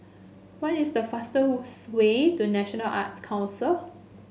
what is the fastest way to National Arts Council